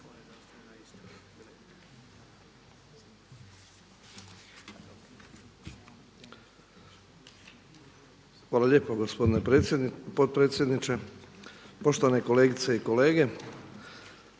Hvala lijepo gospodine potpredsjedniče, poštovane kolegice i kolege.